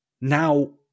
Now